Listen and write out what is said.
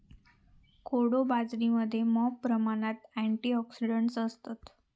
कोडो बाजरीमध्ये मॉप प्रमाणात अँटिऑक्सिडंट्स असतत